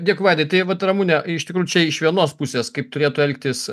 dėkui vaidai tai vat ramune iš tikrųjų čia iš vienos pusės kaip turėtų elgtis